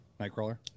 Nightcrawler